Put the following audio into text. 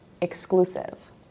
exclusive